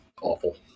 awful